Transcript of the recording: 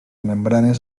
membranes